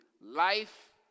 life